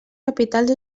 capitals